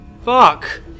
Fuck